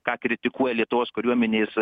ką kritikuoja lietuvos kariuomenės